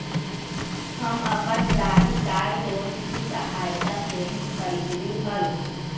हम अपन गाड़ी कार लोन की सहायता से ही खरीदली हल